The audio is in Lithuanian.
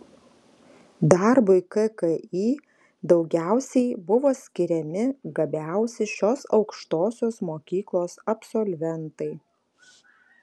darbui kki daugiausiai buvo skiriami gabiausi šios aukštosios mokyklos absolventai